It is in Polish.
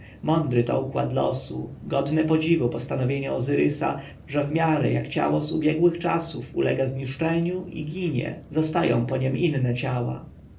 mądry to układ losu godne podziwu postanowienie ozyrysa że w miarę jak ciało z ubiegłych czasów ulega zniszczeniu i ginie zostają po niem inne ciała